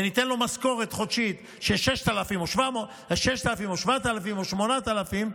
וניתן לו משכורת חודשית של 6,000 או 7,000 או 8,000,